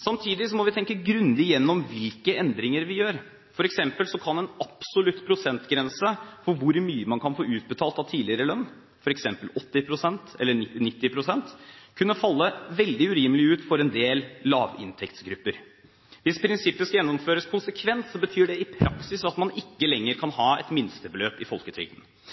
Samtidig må vi tenke grundig gjennom hvilke endringer vi gjør. For eksempel kan en absolutt prosentgrense for hvor mye man kan få utbetalt av tidligere lønn – f.eks. 80 eller 90 pst. – kunne falle veldig urimelig ut for en del lavinntektsgrupper. Hvis prinsippet skal gjennomføres konsekvent, betyr det i praksis at man ikke lenger kan ha et minstebeløp i folketrygden.